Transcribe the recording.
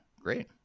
great